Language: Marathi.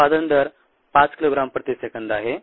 उत्पादन दर 5 किलोग्राम प्रति सेकंद आहे